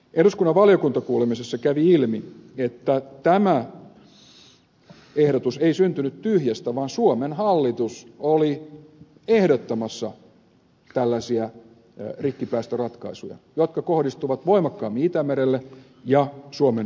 eduskunnan valiokuntakuulemisessa kävi ilmi että tämä ehdotus ei syntynyt tyhjästä vaan suomen hallitus oli ehdottamassa tällaisia rikkipäästöratkaisuja jotka kohdistuvat voimakkaammin itämerelle ja suomen vientiteollisuuteen